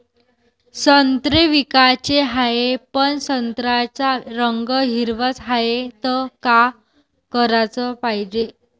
संत्रे विकाचे हाये, पन संत्र्याचा रंग हिरवाच हाये, त का कराच पायजे?